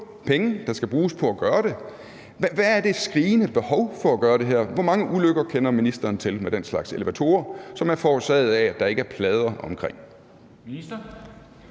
penge, der skal bruges på at gøre det. Hvad er det skrigende behov for at gøre det her? Hvor mange ulykker kender ministeren til med den slags elevatorer, som er forårsaget af, at der ikke er plader omkring?